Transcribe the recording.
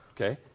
Okay